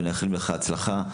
אנחנו מאחלים לך הצלחה,